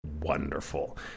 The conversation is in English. wonderful